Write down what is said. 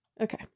Okay